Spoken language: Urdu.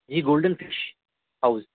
G golden fish house